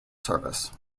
service